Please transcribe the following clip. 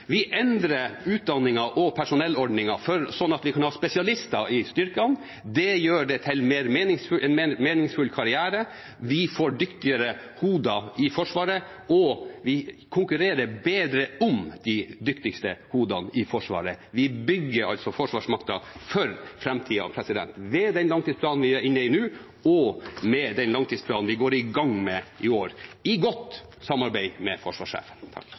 Vi endrer utdanningen og personellordningen slik at vi kan ha spesialister i styrkene. Det gjør det til en mer meningsfull karriere. Vi får dyktigere hoder i Forsvaret, og vi konkurrerer bedre om de dyktigste hodene i Forsvaret. Vi bygger altså forsvarsmakten for framtida med den langtidsplanen vi er inne i nå, og med den langtidsplanen vi går i gang med i år, i godt samarbeid med forsvarssjefen.